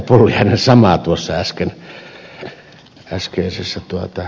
pulliainen samaa tuossa äskeisessä puheessaan